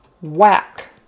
whack